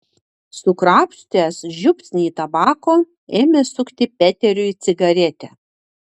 sukrapštęs žiupsnį tabako ėmė sukti peteriui cigaretę